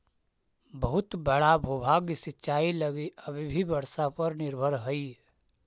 बहुत बड़ा भूभाग सिंचाई लगी अब भी वर्षा पर निर्भर हई